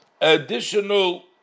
Additional